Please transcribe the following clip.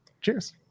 cheers